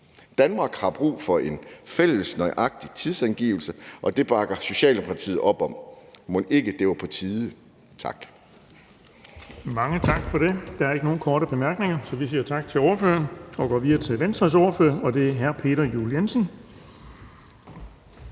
Danmark har brug for en fælles, nøjagtig tidsangivelse, og det bakker Socialdemokratiet op om – mon ikke det var på tide? Tak.